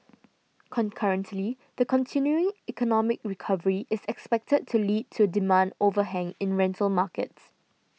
concurrently the continuing economic recovery is expected to lead to a demand overhang in rental markets